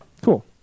cool